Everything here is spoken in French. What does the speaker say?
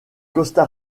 costa